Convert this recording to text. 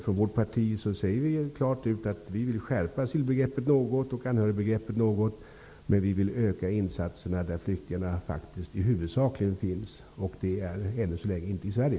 Vi i vårt parti vill skärpa asylbegreppet och anhörigbegreppet något. Men vill öka insatserna där flyktingar huvudsakligen finns. Det är ännu så länge inte i Sverige.